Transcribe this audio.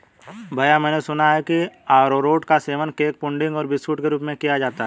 भैया मैंने सुना है कि अरारोट का सेवन केक पुडिंग और बिस्कुट के रूप में किया जाता है